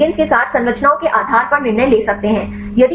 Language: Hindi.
इसलिए हम लिगेंड्स के साथ संरचनाओं के आधार पर निर्णय ले सकते हैं